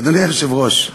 אדוני היושב-ראש,